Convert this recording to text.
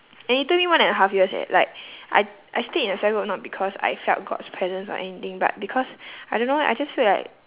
and it took me one and a half years eh like I I stayed in the cell group not because I felt god's presence or anything but because I don't know why I just feel like